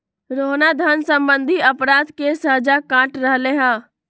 रोहना धन सम्बंधी अपराध के सजा काट रहले है